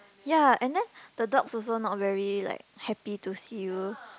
ya and then the dogs also not very like happy to see you